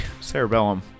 cerebellum